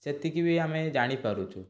ସେତିକି ବି ଆମେ ଜାଣିପାରୁଛୁ